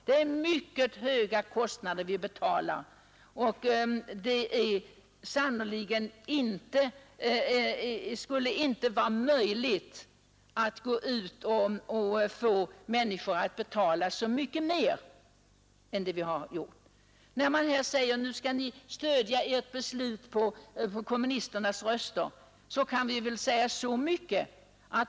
Det är mycket höga kostnader vi betalar och det skulle sannerligen inte vara möjligt att få människor att betala så mycket mer än detta. Man har återkommit till att socialdemokraterna får stöd för beslutet av kommunisternas röster.